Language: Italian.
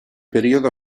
periodo